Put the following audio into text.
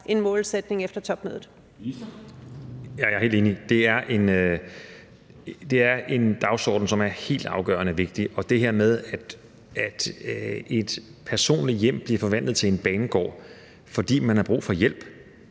Heunicke): Ja, jeg er helt enig. Det er en dagsorden, som er helt afgørende vigtig: Det her med, at et personligt hjem ikke må blive forvandlet til en banegård, fordi man har brug for hjælp.